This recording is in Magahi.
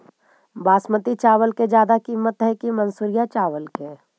बासमती चावल के ज्यादा किमत है कि मनसुरिया चावल के?